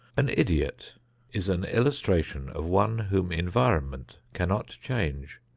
an idiot is an illustration of one whom environment cannot change.